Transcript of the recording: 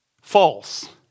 False